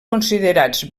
considerats